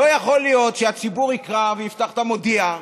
לא יכול להיות שהציבור יקרא, יפתח את המודיע,